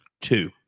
Two